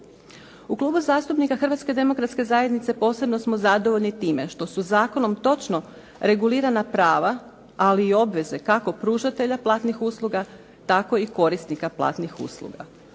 U Klubu zastupnika Hrvatske demokratske zajednice posebno smo zadovoljni time što su zakonom točno regulirana prava ali i obveze kako pružatelja platnih usluga tako i korisnika platnih usluga.